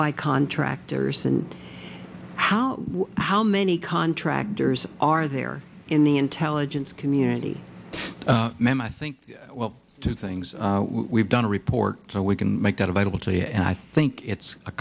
by contractors and how how many contractors are there in the intelligence community i think well two things we've done a report so we can make that available to you and i think it's